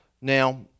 Now